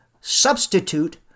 substitute